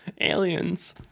aliens